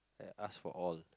I ask for all